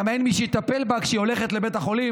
גם אין מי שיטפל בה כשהיא הולכת לבית החולים,